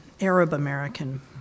Arab-American